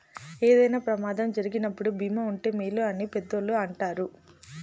ఏదైనా ప్రమాదం జరిగినప్పుడు భీమా ఉంటే మేలు అని పెద్దోళ్ళు అంటారు